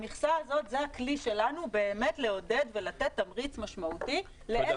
המכסה הזו זה הכלי שלנו כדי לעודד ולתת תמריץ משמעותי לאלה